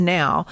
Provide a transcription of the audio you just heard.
now